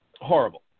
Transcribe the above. horrible